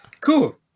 cool